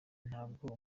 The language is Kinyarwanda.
ntabwo